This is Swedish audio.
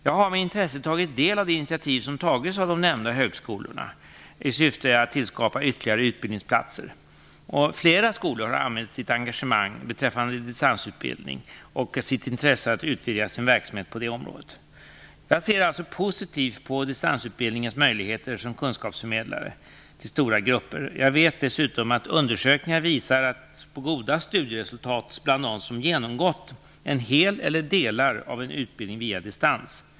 Jag har med intresse tagit del av det initiativ som tagits av de nämnda högskolorna i syfte att skapa ytterligare utbildningsplatser. Flera skolor har anmält sitt engagemang beträffande distansutbildning och sitt intresse för att utvidga sin verksamhet på det området. Jag ser alltså positivt på distansutbildningens möjligheter som kunskapsförmedlare till stora grupper. Jag vet dessutom att undersökningar visar på goda studieresultat bland dem som genomgått en hel eller delar av en utbildning på distans.